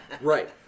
Right